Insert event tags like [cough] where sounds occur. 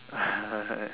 [laughs]